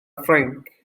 ffrainc